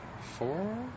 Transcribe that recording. four